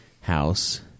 house